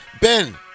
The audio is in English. Ben